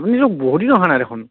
আপুনিটো বহুদিন অহা নাই দেখোন